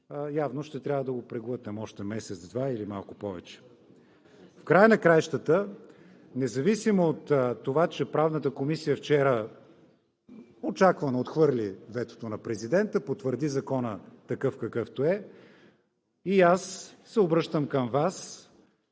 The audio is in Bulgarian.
Явно ще трябва да го преглътнем още месец-два, или малко повече. В края на краищата, независимо от това че Правната комисия вчера очаквано отхвърли ветото на президента, потвърди Закона такъв, какъвто е, аз се обръщам към Вас